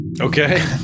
Okay